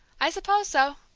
i suppose so!